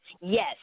Yes